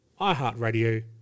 iHeartRadio